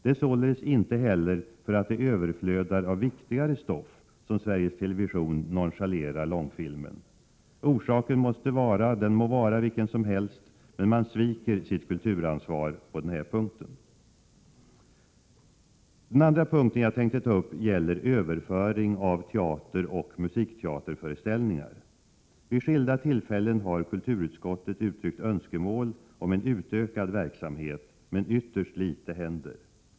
Det är således inte heller därför att det överflödar av viktigare stoff som Sveriges Television nonchalerar långfilmen. Orsaken må vara vilken som helst — men man sviker sitt kulturansvar på denna punkt. Den andra punkt jag tänkte ta upp gäller överföring av teateroch musikteaterföreställningar. Vid skilda tillfällen har kulturutskottet uttryckt önskemål om en utökad verksamhet, men ytterst litet händer.